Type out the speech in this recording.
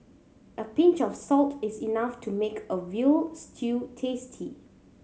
a pinch of salt is enough to make a veal stew tasty